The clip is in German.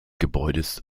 gebäudes